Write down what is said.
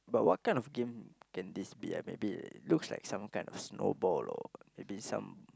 but what kind of game can this be maybe looks like some kind of snowball or maybe some